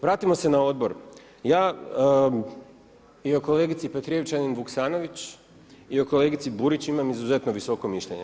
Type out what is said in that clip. Vratimo se na odbor, ja i o kolegici Petrijevčanin Vuksanović i o kolegici Burić imam izuzetno visoko mišljenje.